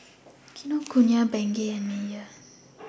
Kinokuniya Bengay and Mayer